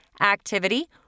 activity